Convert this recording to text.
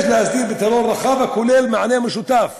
יש להסדיר פתרון רחב הכולל מענה משותף